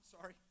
sorry